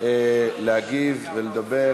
להגיב ולדבר.